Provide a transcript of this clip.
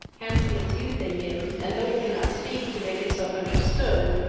handsome as you think him, and though he cannot speak to make himself understood,